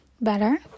better